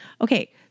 Okay